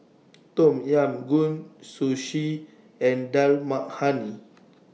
Tom Yam Goong Sushi and Dal Makhani